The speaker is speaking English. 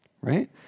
right